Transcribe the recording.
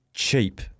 cheap